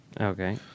Okay